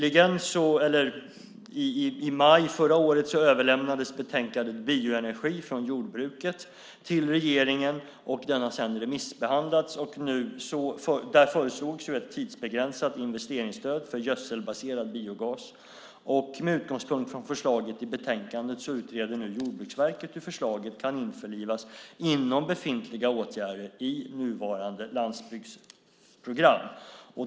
I maj förra året överlämnades betänkandet Bioenergi från jordbruket till regeringen. Det har sedan remissbehandlats. Där föreslogs ett tidsbegränsat investeringsstöd för gödselbaserad biogas. Med utgångspunkt från förslaget i betänkandet utreder nu Jordbruksverket hur förslaget kan införlivas i befintliga åtgärder i nuvarande landsbygdsprogram.